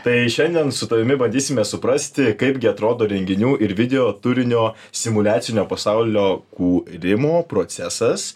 tai šiandien su tavimi bandysime suprasti kaipgi atrodo renginių ir video turinio simuliacinio pasaulio kūrimo procesas